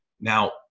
Now